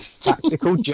Tactical